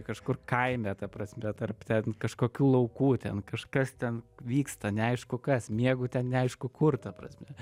kažkur kaime ta prasme tarp ten kažkokių laukų ten kažkas ten vyksta neaišku kas miegu ten neaišku kur ta prasme